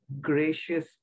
gracious